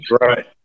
Right